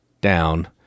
down